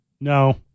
No